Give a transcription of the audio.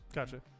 Gotcha